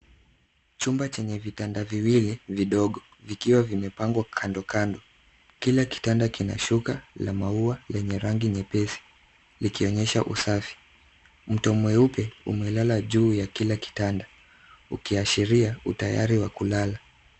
Chumba chenye vitanda viwili vidogo vikiwa vimepangwa kando kando. Kila kitanda kina shuka la maua lenye rangi nyepesi likionyesha usafi. Mto mweupe umelala juu ya kila kitanda ukiashiria utayari wa kulala.